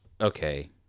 Okay